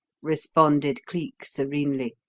responded cleek serenely.